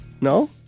No